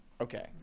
Okay